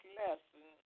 lesson